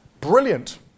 Brilliant